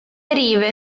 rive